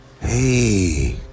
Hey